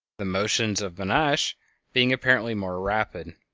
the motions of benetnasch being apparently more rapid.